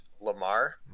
Lamar